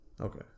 Okay